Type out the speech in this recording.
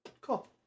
Cool